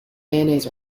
mayonnaise